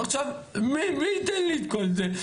עכשיו מי ייתן לי את כל זה?